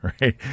right